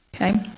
Okay